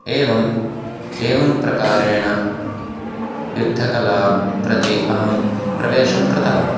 एवम् एवं प्रकारेण युद्धकलां प्रति अहं प्रवेशं कृतवान्